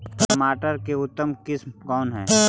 टमाटर के उतम किस्म कौन है?